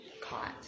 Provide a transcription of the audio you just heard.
caught